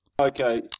Okay